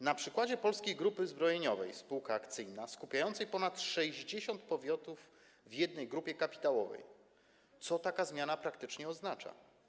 Na przykładzie Polskiej Grupy Zbrojeniowej SA, skupiającej ponad 60 podmiotów w jednej grupie kapitałowej - co taka zmiana praktycznie oznacza?